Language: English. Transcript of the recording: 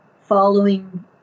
following